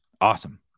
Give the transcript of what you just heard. awesome